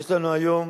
יש לנו היום